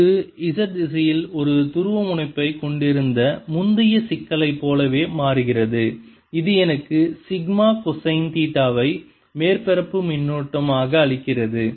இது z திசையில் ஒரு துருவமுனைப்பைக் கொண்டிருந்த முந்தைய சிக்கலைப் போலவே மாறுகிறது இது எனக்கு சிக்மா கொசைன் தீட்டாவை மேற்பரப்பு மின்னூட்டம் ஆக அளிக்கிறது